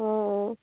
অঁ অঁ